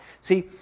See